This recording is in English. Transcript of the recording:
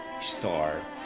star